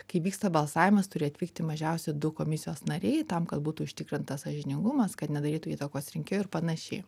kai vyksta balsavimas turi atvykti mažiausiai du komisijos nariai tam kad būtų užtikrintas sąžiningumas kad nedarytų įtakos rinkėjui ir panašiai